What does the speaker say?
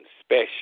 special